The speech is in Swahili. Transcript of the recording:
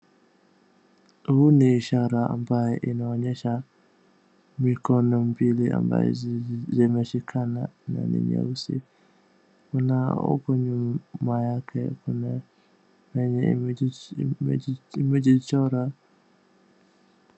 Huu ni ishara ambaye inaonyesha mikono mbili ambaye zimeshikana na ni nyeusi. Kuna huku nyuma yake kuna yenye imejichora.